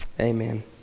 Amen